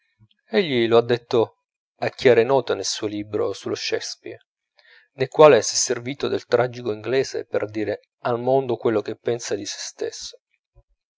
tutto egli lo ha detto a chiare note nel suo libro sullo shakespeare nel quale s'è servito del tragico inglese per dire al mondo quello che pensa di se stesso